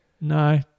No